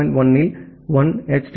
1 இல் 1 எச்